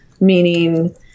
meaning